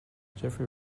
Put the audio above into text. jeffery